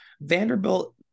Vanderbilt